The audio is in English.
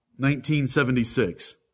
1976